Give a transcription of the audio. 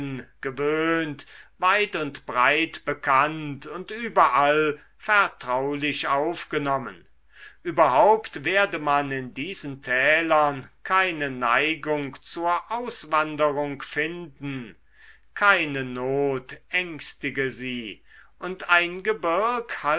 weit und breit bekannt und überall vertraulich aufgenommen überhaupt werde man in diesen tälern keine neigung zur auswanderung finden keine not ängstige sie und ein gebirg